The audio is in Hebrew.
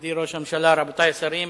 מכובדי ראש הממשלה, רבותי השרים,